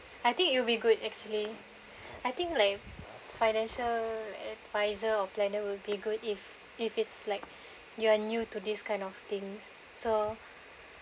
I think it'll be good actually I think like financial adviser or planner will be good if if it's like you're new to this kind of things so